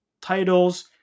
titles